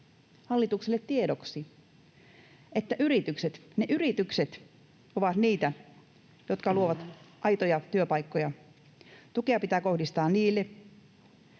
Hallitukselle tiedoksi, että yritykset — yritykset — ovat niitä, jotka luovat aitoja työpaikkoja. Tukea pitää kohdistaa niille,